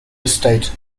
estate